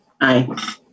Aye